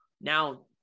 now